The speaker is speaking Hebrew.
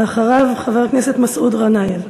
ואחריו, חבר הכנסת מסעוד גנאים.